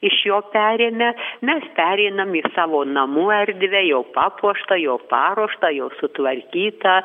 iš jo perėmę mes pereinam į savo namų erdvę jau papuoštą jau paruoštą jau sutvarkytą